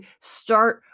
start